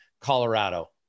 Colorado